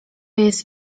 jest